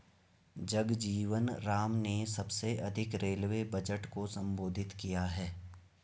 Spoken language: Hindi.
जगजीवन राम ने सबसे अधिक रेलवे बजट को संबोधित किया है